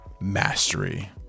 mastery